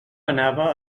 anava